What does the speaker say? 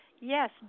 Yes